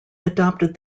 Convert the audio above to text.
adopted